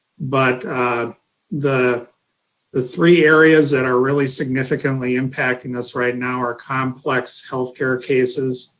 but the the three areas that are really significantly impacting us right now are complex healthcare cases.